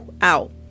Out